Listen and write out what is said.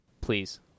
please